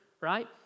Right